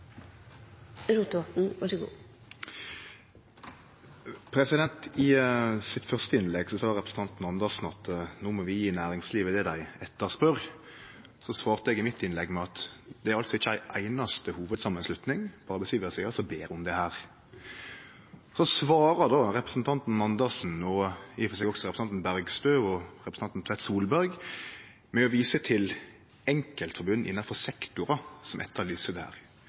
Andersen at vi no må gje næringslivet det dei etterspør. Eg svarte i mitt innlegg at det ikkje er ei einaste hovudsamanslutning på arbeidsgivarsida som ber om det. Representanten Andersen svarer – og i og for seg representanten Bergstø og representanten Tvedt Solberg – med å vise til enkeltforbund innanfor sektorar som etterlyser